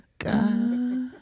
god